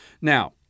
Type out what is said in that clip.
Now